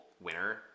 winner